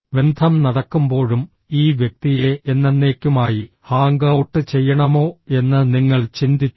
ബന്ധം നടക്കുമ്പോഴും ഈ വ്യക്തിയെ എന്നെന്നേക്കുമായി ഹാംഗ് ഔട്ട് ചെയ്യണമോ എന്ന് നിങ്ങൾ ചിന്തിച്ചു